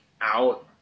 out